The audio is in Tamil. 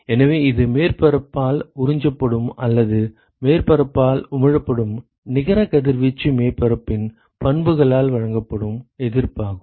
எனவே இது மேற்பரப்பால் உறிஞ்சப்படும் அல்லது மேற்பரப்பால் உமிழப்படும் நிகர கதிர்வீச்சுக்கு மேற்பரப்பின் பண்புகளால் வழங்கப்படும் எதிர்ப்பாகும்